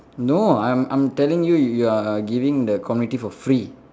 no I'm I'm telling you you are giving the community for free